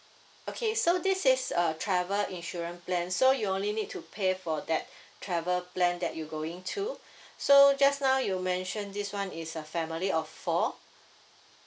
okay so this is a travel insurance plan so you only need to pay for that travel plan that you going to so just now you mentioned this one is a family of four